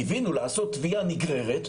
קיווינו לעשות תביעה נגררת,